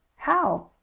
how?